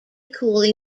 cooley